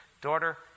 Daughter